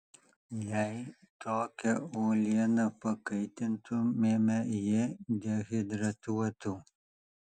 jei tokią uolieną pakaitintumėme ji dehidratuotų